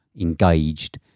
engaged